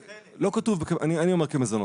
אני אומר כמזונות.